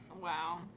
Wow